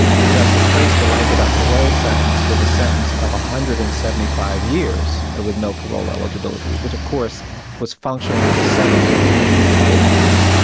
the judge replaced the life without parole sentence with a sentence of one hundred and seventy five years ah with no parole eligibility, which of course was functionally the same. so we've had to keep fighting that,